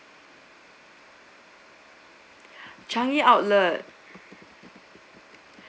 changi outlet